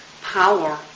power